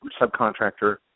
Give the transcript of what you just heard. subcontractor